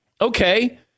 okay